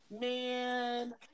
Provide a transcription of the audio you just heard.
man